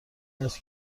است